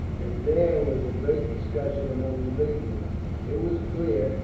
and there was a great discussion among the bigwigs. it was clear,